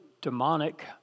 demonic